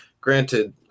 Granted